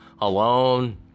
alone